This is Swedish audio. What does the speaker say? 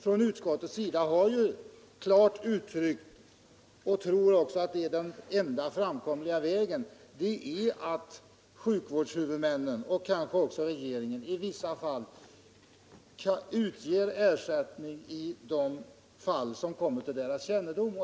Från utskottets sida har vi ju klart uttalat att den enda framkomliga vägen torde vara att sjukvårdshuvudmännen, och kanske också regeringen, utger ersättning i vissa fall som kommer till deras kännedom.